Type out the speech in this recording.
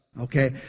okay